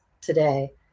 today